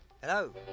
Hello